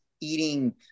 eating